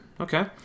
Okay